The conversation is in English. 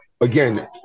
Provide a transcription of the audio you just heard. Again